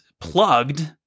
plugged